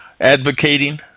advocating